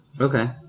Okay